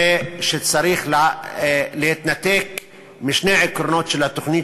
זה שצריך להתנתק משני עקרונות של התוכנית,